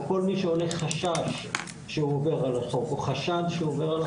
או כל מי שעולה חשש שהוא עובר על החוק או חשד שהוא עובר על החוק,